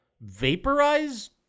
vaporize